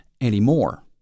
anymore